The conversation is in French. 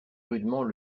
rudement